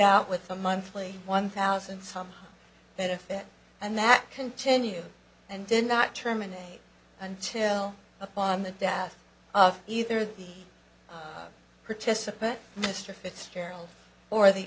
out with a monthly one thousand some benefit and that continue and did not terminate until upon the death of either participant mr fitzgerald or the